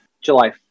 July